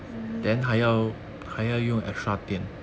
mini air cooler